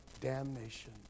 damnation